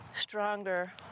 stronger